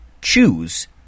choose